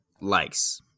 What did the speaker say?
likes